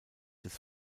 des